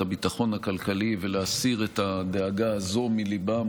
את הביטחון הכלכלי ולהסיר את הדאגה הזו מליבם